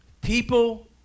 people